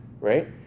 right